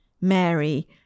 Mary